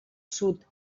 sud